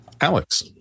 Alex